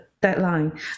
deadline